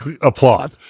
applaud